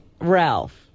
Ralph